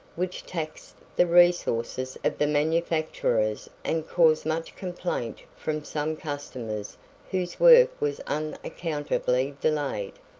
which taxed the resources of the manufacturers and caused much complaint from some customers whose work was unaccountably delayed.